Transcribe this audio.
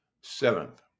Seventh